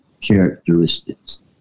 characteristics